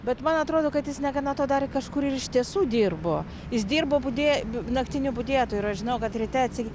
bet man atrodo kad jis negana to dar i kažkur ir iš tiesų dirbo jis dirbo budė naktiniu budėtoju ir aš žinau kad ryte atsi